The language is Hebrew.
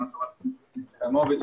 גם לחברת הכנסת מיקי חיימוביץ',